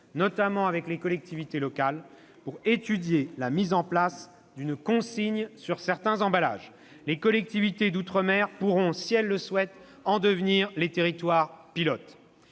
notamment avec les collectivités locales, pour étudier la mise en place d'une consigne sur certains emballages. Les collectivités d'outre-mer pourront, si elles le souhaitent, en devenir les territoires pilotes.